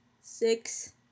Six